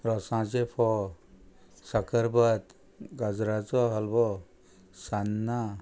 रोसाचे फोव साकरभात गाजराचो हालवो सान्नां